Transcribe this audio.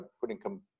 putting